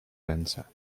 ręce